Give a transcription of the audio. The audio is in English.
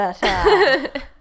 better